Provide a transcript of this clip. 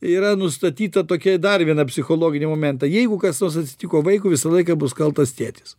yra nustatyta tokia dar viena psichologinį momentą jeigu kas nors atsitiko vaikui visą laiką bus kaltas tėtis